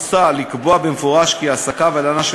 מוצע לקבוע במפורש כי העסקה והלנה של